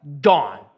gone